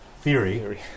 theory